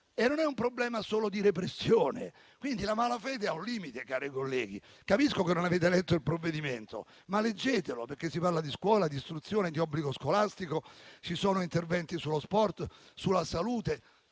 è inoltre un problema solo di repressione. La malafede, cari colleghi, ha un limite. Capisco che non avete letto il provvedimento, ma leggetelo perché si parla di scuola, d'istruzione, di obbligo scolastico. Ci sono interventi sullo sport, sulla salute,